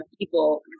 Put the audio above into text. people